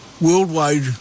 worldwide